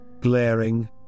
glaring